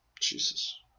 Jesus